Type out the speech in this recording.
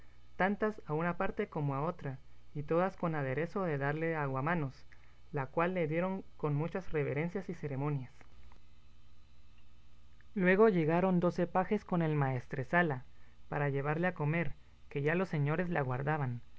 tantas a una parte como a otra y todas con aderezo de darle aguamanos la cual le dieron con muchas reverencias y ceremonias luego llegaron doce pajes con el maestresala para llevarle a comer que ya los señores le aguardaban